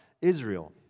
Israel